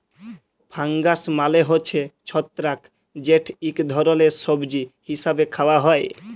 fungus মালে হছে ছত্রাক যেট ইক ধরলের সবজি হিসাবে খাউয়া হ্যয়